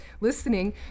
listening